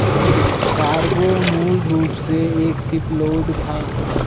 cargo मूल रूप से एक शिपलोड था